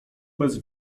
bez